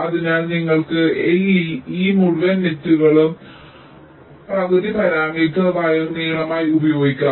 അതിനാൽ നിങ്ങൾക്ക് Le ഈ മുഴുവൻ നെറ്റുകൾക്കും പകുതി പാരാമീറ്റർ വയർ നീളമായി ഉപയോഗിക്കാം